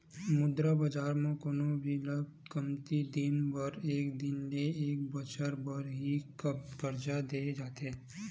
मुद्रा बजार म कोनो भी ल कमती दिन बर एक दिन ले एक बछर बर ही करजा देय जाथे